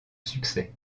succès